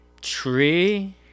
tree